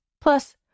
Plus